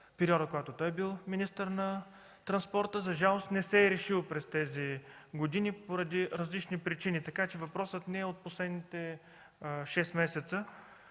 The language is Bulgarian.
периода, когато той е бил министър на транспорта. За жалост въпросът не се е решил през тези години по различни причини. Така че въпросът не е от последните 6 месеца,